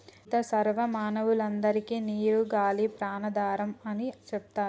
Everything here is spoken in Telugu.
సీత సర్వ మానవులందరికే నీరు గాలి ప్రాణాధారం అని సెప్తారు